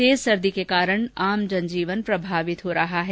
तेज सर्दी के कारण आम जनजीवन भी प्रभावित हुआ है